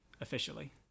officially